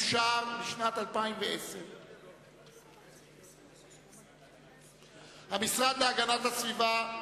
הסעיף אושר לשנת 2010. המשרד להגנת הסביבה,